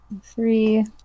Three